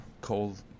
cold